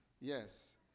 Yes